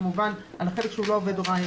כמובן על החלק שהוא לא עובד הוראה,